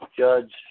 Judge